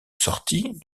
sortie